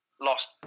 lost